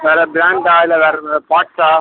வேறு பிராண்டா இல்லை வேறு எதுனா பார்ட்ஸா